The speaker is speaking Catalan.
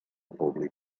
públic